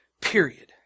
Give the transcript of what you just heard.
period